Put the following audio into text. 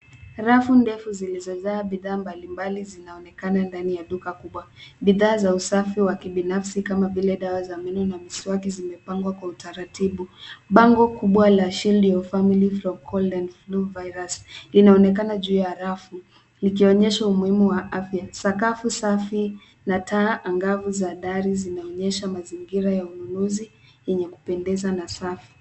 Rafu ndefu zilizojaa bidhaa mbalimbali zinaonekana ndani ya duka kubwa. Bidhaa za usafi wa kibinafsi kama vile dawa za meno na miswaki zimepangwa kwa utaratibu. Bango kubwa la shield your family from cold and flu virus . linaonekana juu ya rafu, likionyesho umuhimu wa afya. Sakafu safi na taa angavu za dari zinaonyesha mazingira ya ununuzi yenye kupendeza na safi.